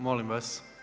Molim vas.